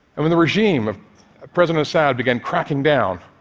and when the regime of president assad began cracking down,